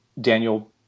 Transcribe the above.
Daniel